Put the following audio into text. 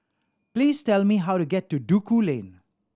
please tell me how to get to Duku Lane